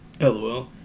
lol